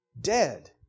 dead